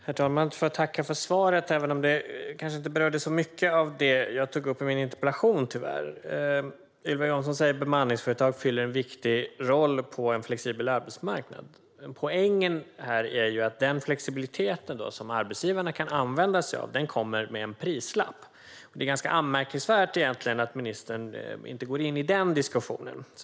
Herr talman! Jag får tacka för svaret, även om det tyvärr inte berörde så mycket av det jag tog upp i min interpellation. Ylva Johansson säger att bemanningsföretag fyller en viktig roll på en flexibel arbetsmarknad. Men poängen här är att den flexibilitet som arbetsgivarna kan använda sig av kommer med en prislapp. Det är egentligen ganska anmärkningsvärt att ministern inte går in i den diskussionen.